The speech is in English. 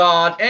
God